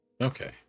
Okay